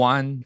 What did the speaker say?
One